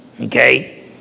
Okay